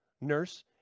nurse